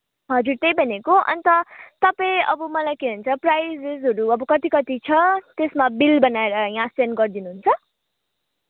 हजुर त्यही भनेको अन्त तपाईँ अब मलाई के भन्छ प्राइसेजहरू अब कति कति छ त्यसमा बिल बनाएर यहाँ सेन्ड गरिदिनुहुन्छ